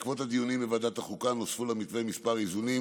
בעקבות הדיונים בוועדת החוקה נוספו למתווה כמה איזונים.